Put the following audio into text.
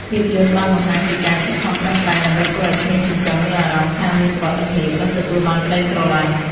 ភាពយន្តបានបង្ហាញពីការខិតខំប្រឹងប្រែងដើម្បីធ្វើឲ្យក្មេងចិញ្ចឹមមានអារម្មណ៍ថាមានសុវត្ថិភាព និងទទួលបានក្ដីស្រឡាញ់។